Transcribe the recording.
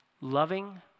loving